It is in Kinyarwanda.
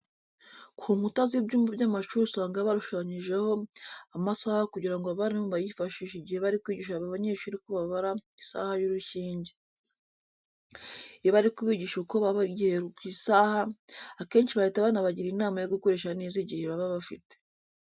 Ku nkuta z'ibyumba by'amashuri usanga barashushanyijeho amasaha kugira ngo abarimu bayifashishe igihe bari kwigisha aba banyeshuri uko babara isaha y'urushinge. Iyo bari kubigisha uko babara igihe ku isaha, akenshi bahita banabagira inama yo gukoresha neza igihe baba bafite.